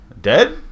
dead